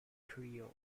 creoles